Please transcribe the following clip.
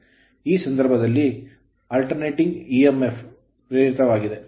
ಈ ಸಂದರ್ಭದಲ್ಲಿ ಇಲ್ಲಿ alternating emf ಪರ್ಯಾಯ ಇಎಂಎಫ್ ಪ್ರೇರಿತವಾಗಿದೆ